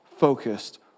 focused